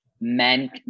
men